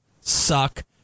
suck